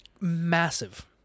massive